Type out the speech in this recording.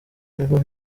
niho